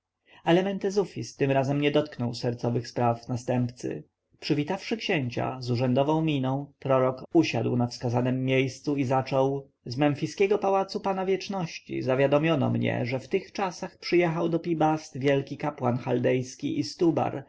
ale mentezufis tym razem nie dotknął sercowych spraw następcy przywitawszy księcia z urzędową miną prorok usiadł na wskazanem miejscu i zaczął z memfiskiego pałacu pana wieczności zawiadomiono mnie że w tych czasach przyjechał do pi-bast wielki kapłan chaldejski istubar